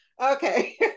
Okay